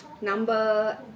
number